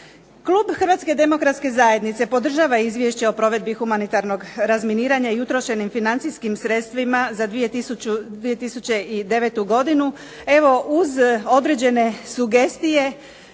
Klub HDZ-a podržava Izvješće o provedbi humanitarnog razminiranja i utrošenim financijskim sredstvima za 2009. godinu.